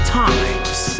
times